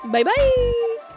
Bye-bye